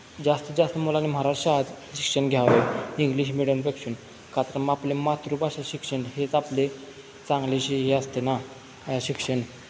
जास्तीत जास्त मुलांनी महाराष्ट्रात शिक्षण घ्यावं इंग्लिश मिडीयमपेक्षा कारण आपले मातृभाषा शिक्षण हेच आपले चांगले असते ना शिक्षण